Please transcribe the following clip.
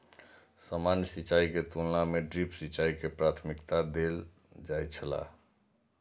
सामान्य सिंचाई के तुलना में ड्रिप सिंचाई के प्राथमिकता देल जाय छला